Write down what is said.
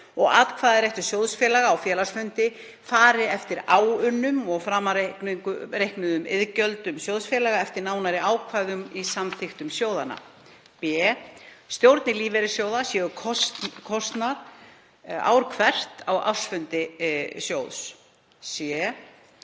og atkvæðisréttur sjóðfélaga á félagsfundi fari eftir áunnum og framreiknuðum iðgjöldum sjóðfélaga eftir nánari ákvæðum í samþykktum sjóðanna, b. stjórnir lífeyrissjóða séu kosnar ár hvert á ársfundi sjóðs, c.